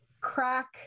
crack